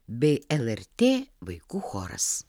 bei lrt vaikų choras